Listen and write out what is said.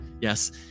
yes